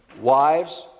wives